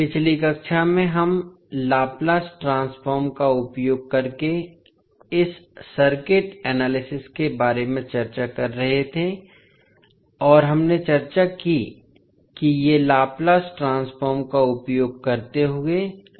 पिछली कक्षा में हम लाप्लास ट्रांसफ़ॉर्म का उपयोग करके इस सर्किट एनालिसिस के बारे में चर्चा कर रहे थे और हमने चर्चा की कि ये लाप्लास ट्रांसफ़ॉर्म का उपयोग करते हुए सर्किट एनालिसिस हैं